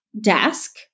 desk